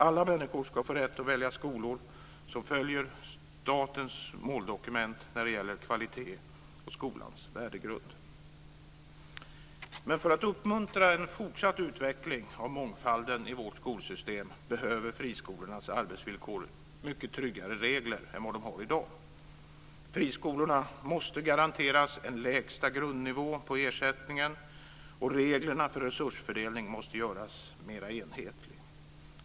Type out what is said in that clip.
Alla människor ska få rätt att välja bland skolor som följer statens måldokument när det gäller kvalitet och skolans värdegrund. För att uppmuntra en fortsatt utveckling av mångfalden i vårt skolsystem behöver friskolornas arbetsvillkor mycket tryggare regler än i dag. Friskolorna måste garanteras en lägsta grundnivå på ersättningen, och reglerna för resursfördelning måste göras mera enhetlig.